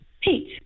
Pete